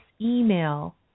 email